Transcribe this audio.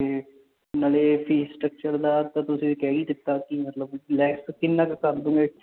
ਅਤੇ ਨਾਲੇ fee structure ਦਾ ਤਾਂ ਤੁਸੀਂ ਕਹਿ ਹੀ ਦਿੱਤਾ ਕਿ ਮਤਲਬ ਲੈੱਸ ਕਿੰਨਾ ਕੁ ਕਰ ਦੂੰਗੇ